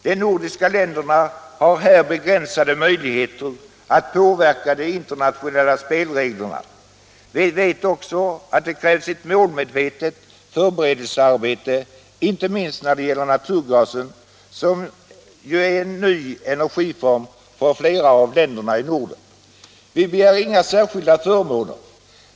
De nordiska länderna har här begränsade möjligheter att påverka de internationella spelreglerna. Vi vet också att det krävs ett målmedvetet förberedelsearbete — inte minst när det gäller naturgasen, som ju är en ny energiform för flera av länderna i Norden. Vi begär inga särskilda förmåner.